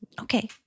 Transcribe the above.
Okay